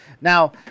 now